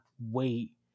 wait